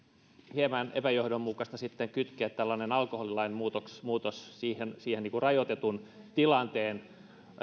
hieman epäjohdonmukaista kytkeä tällainen alkoholilain muutos muutos niihin rajoitetun tilanteen